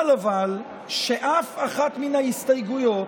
אבל חבל שאף אחת מן ההסתייגויות,